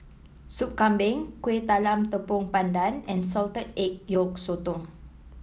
Soup Kambing Kueh Talam Tepong Pandan and Salted Egg Yolk Sotong